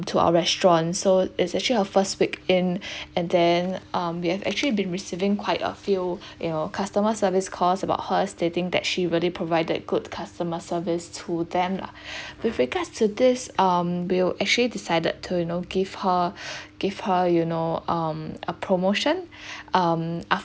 to our restaurant so it's actually her first week in and then um we have actually been receiving quite a few you know customer service calls about her stating that she really provided good customer service to them lah with regards to this um we actually decided to you know give her give her you know um a promotion um